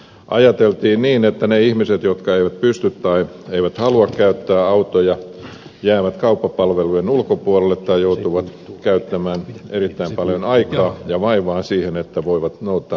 ajateltiin niin että ne ihmiset jotka eivät pysty tai eivät halua käyttää autoja jäävät kauppapalvelujen ulkopuolelle tai joutuvat käyttämään erittäin paljon aikaa ja vaivaa siihen että voivat noutaa päivittäiset elintarvikkeensa